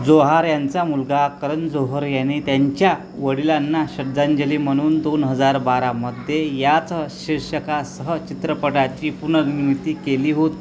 जोहार यांचा मुलगा करण जोहर याने त्यांच्या वडिलांना श्रद्धांजली म्हणून दोन हजार बारामध्ये याच शीर्षकासह चित्रपटाची पुनर्निर्मिती केली होत